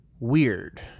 Weird